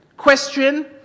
Question